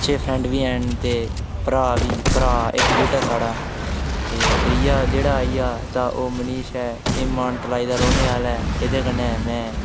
बड़े अच्छे फ्रेंड बी है'आं ते भ्राऽ बी ते इकजुट्ट ऐ साढ़ा ते त्रीया जेह्ड़ा आई गेआ तां ओह् मनीष ऐ मानतलाई दा रौह्ने आह्ला ऐ ते जिसदे कन्नै में